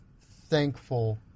thankful